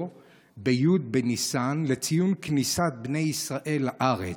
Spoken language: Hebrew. בי' בניסן לציון כניסת בני ישראל לארץ.